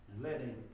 letting